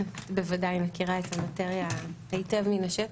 את בוודאי מכירה את המאטריה היטב מן השטח.